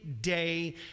day